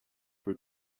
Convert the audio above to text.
for